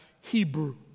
Hebrew